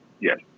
yes